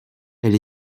elle